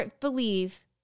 believe